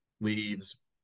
leaves